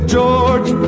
George